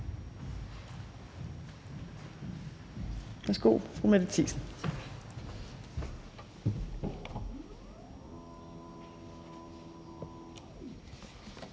Værsgo, fru Mette Thiesen.